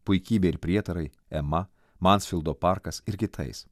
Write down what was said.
puikybė ir prietarai ema mansfildo parkas ir kitais